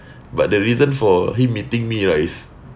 but the reason for him meeting me lah is